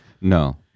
no